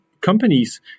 companies